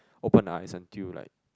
open ah its until like